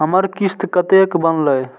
हमर किस्त कतैक बनले?